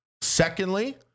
Secondly